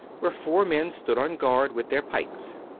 where four men stood on guard with their pikes.